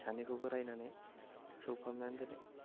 सानैखौबो रायनानै सल्भ खालामनानै दोनो